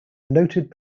noted